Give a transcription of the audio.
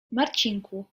marcinku